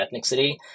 ethnicity